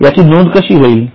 याची नोंद कशी होईल